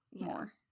more